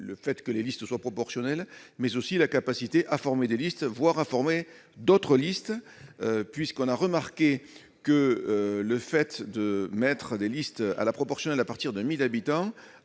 le fait que les listes soient proportionnels, mais aussi la capacité à former des listes, voire d'autres listes, puisqu'on a remarqué que le fait de mettre des listes à la proportionnelle, à partir de 1000 habitants,